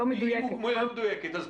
בחקירה אני גיליתי שאני